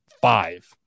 five